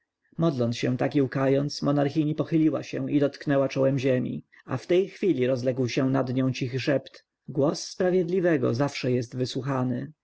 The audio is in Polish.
modląc się tak i łkając monarchini pochyliła się i dotknęła czołem ziemi a w tej chwili rozległ się nad nią cichy szept głos sprawiedliwego zawsze jest wysłuchany